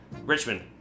Richmond